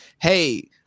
Hey